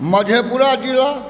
मधेपुरा जिला